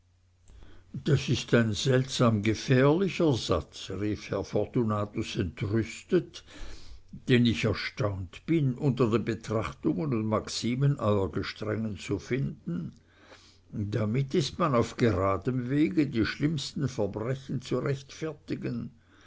das ist ein seltsam gefährlicher satz rief herr fortunatus entrüstet den ich erstaunt bin unter den betrachtungen und maximen eurer gestrengen zu finden damit ist man auf geradem wege die schlimmsten verbrechen zu rechtfertigen